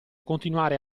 continuare